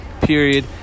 period